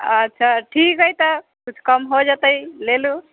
अच्छा ठीक हइ तऽ कुछ कम हो जेतै लऽ लू